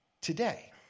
today